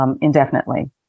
indefinitely